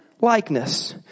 likeness